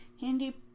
handy